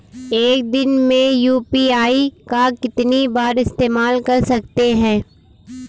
एक दिन में यू.पी.आई का कितनी बार इस्तेमाल कर सकते हैं?